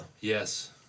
Yes